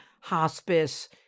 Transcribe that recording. hospice